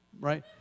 right